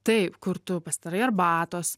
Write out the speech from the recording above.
taip kur tu pasidarai arbatos